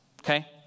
okay